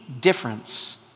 difference